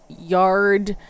yard